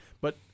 But-